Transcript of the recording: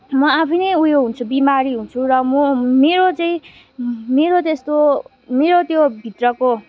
म आफै नै उयो हुन्छु बिमारी हुन्छु र म मेरो चाहिँ मेरो त्यस्तो मेरो त्योभित्रको